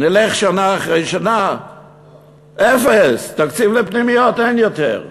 נלך שנה אחרי שנה, אפס, תקציב לפנימיות אין יותר.